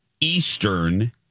eastern